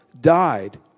died